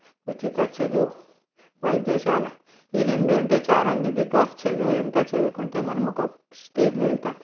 ఉచిత చదువు వైద్యశాల ఈ రెండు ఉంటే చాలండి బికాస్ చదువు ఎంత చదువుకుంటే మనం ఒక స్టేజ్లో వెళ్తాం